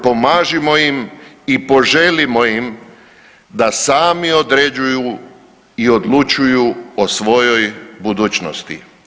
Pomažimo im i poželimo im da sami određuju i odlučuju o svojoj budućnosti.